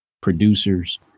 producers